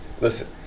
Listen